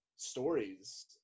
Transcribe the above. Stories